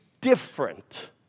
different